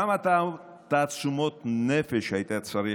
כמה תעצומות נפש היית צריך,